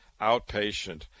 outpatient